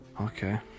okay